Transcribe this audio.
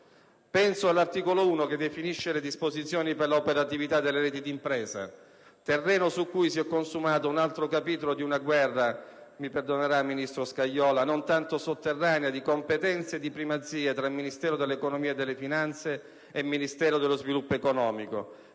Penso all'articolo 1, che definisce le disposizioni per la operatività delle reti di impresa, terreno su cui si è consumato un altro capitolo di una guerra - mi perdonerà il ministro Scajola - non tanto sotterranea, di competenze e primazia tra Ministero dell'economia e delle finanze e Ministero dello sviluppo economico,